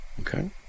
Okay